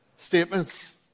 Statements